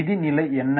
நிதி நிலை என்ன